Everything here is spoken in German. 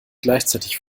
gleichzeitig